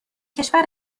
کشور